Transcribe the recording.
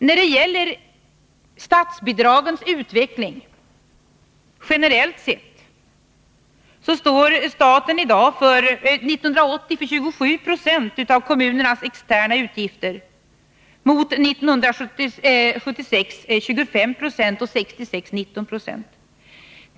När det gäller statsbidragets utveckling generellt sett står staten 1980 för 27 26 av kommunernas externa utgifter mot 25 0 år 1976 och 19 96 år 1966.